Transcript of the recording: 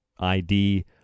ID